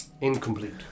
incomplete